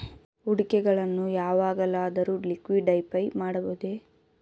ಹೂಡಿಕೆಗಳನ್ನು ಯಾವಾಗಲಾದರೂ ಲಿಕ್ವಿಡಿಫೈ ಮಾಡಬಹುದೇ?